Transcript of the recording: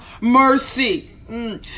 mercy